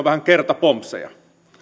vähän kertapompseja